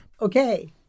Okay